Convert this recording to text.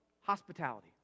hospitality